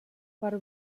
per